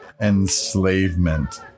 Enslavement